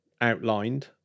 outlined